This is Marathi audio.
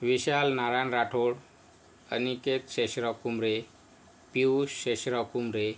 विशाल नारायन राठोड अनिकेत शेषराव कुंभरे पियुष शेषराव कुंभरे